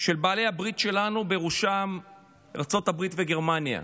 של בעלי הברית שלנו, בראשם ארצות הברית וגרמניה.